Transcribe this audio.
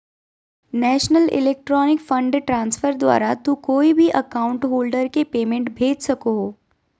national electronic fund transfer द्वारा तू कोय भी अकाउंट होल्डर के पेमेंट भेज सको हो